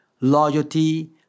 loyalty